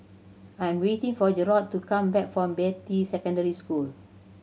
I'm waiting for Jerrod to come back from Beatty Secondary School